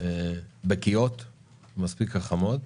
בקיאות ומספיק חכמות,